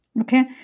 okay